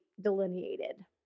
delineated